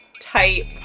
type